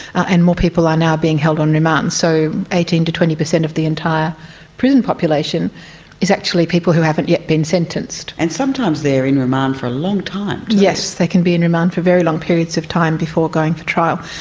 and more people are now being held on remand. so eighteen percent to twenty percent of the entire prison population is actually people who haven't yet been sentenced. and sometimes they are in remand for a long time. yes, they can be in remand for very long periods of time before going for trial.